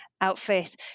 outfit